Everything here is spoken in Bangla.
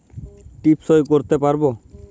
টিপ সই করতে পারবো?